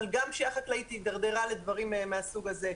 אבל גם פשיעה חקלאית הידרדרה לדברים מהסוג הזה.